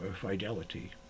fidelity